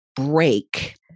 break